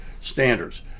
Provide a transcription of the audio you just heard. standards